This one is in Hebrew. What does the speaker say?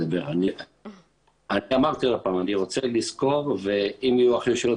אני רוצה לסקור ואם יהיו אחר כך שאלות